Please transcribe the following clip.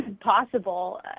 possible